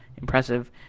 impressive